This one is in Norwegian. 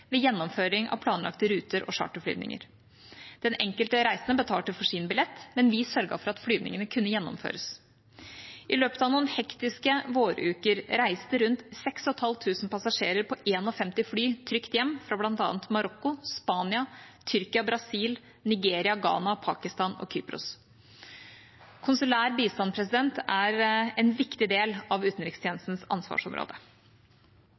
ved gjennomføring av planlagte ruter og charterflyvninger. Den enkelte reisende betalte for sin egen billett, men vi sørget for at flyvningene kunne gjennomføres. I løpet av noen hektiske våruker reiste rundt 6 500 passasjerer på 51 fly trygt hjem fra bl.a. Marokko, Spania, Tyrkia, Brasil, Nigeria, Ghana, Pakistan og Kypros. Konsulær bistand er en viktig del av